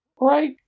right